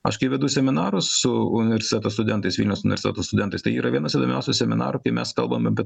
aš kai vedu seminarus su universiteto studentais vilniaus universiteto studentas tai yra vienas įdomiausių seminarų kai mes kalbam apie